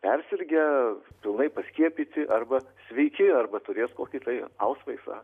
persirgę pilnai paskiepyti arba sveiki arba turės kokį tai ausvaisą